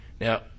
Now